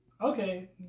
Okay